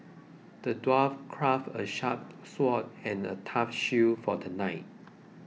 the dwarf crafted a sharp sword and a tough shield for the knight